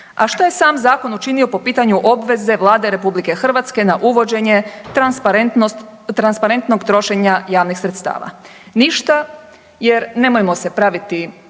A što je sam zakon učinio po pitanju obveze Vlade RH na uvođenje transparentnog trošenja javnih sredstava? Ništa jer nemojmo se praviti